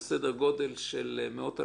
סדר גודל של מאות אלפים,